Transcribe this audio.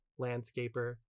landscaper